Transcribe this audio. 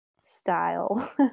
style